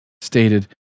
stated